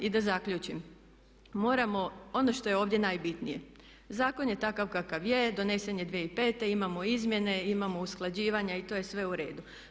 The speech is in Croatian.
I da zaključim, moramo ono što je ovdje najbitnije zakon je takav kakav je, donesen je 2005., imamo izmjene, imamo usklađivanja i to je sve u redu.